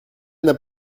n’a